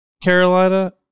Carolina